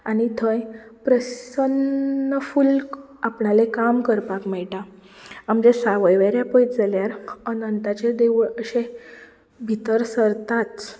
आनी थंय प्रसन्नफुल्ल आपणालें काम करपाक मेळटा आमच्या सावयवेऱ्यां पयत जाल्यार अनंथाचें देवूळ अशें भितर सरतांच